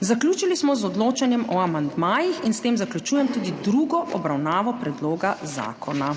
Zaključili smo z odločanjem o amandmajih in s tem zaključujem tudi drugo obravnavo predloga zakona.